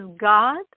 God